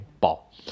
ball